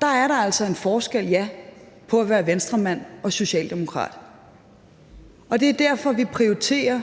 der er der altså en forskel på at være Venstremand og Socialdemokrat. Det er derfor, vi prioriterer,